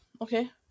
okay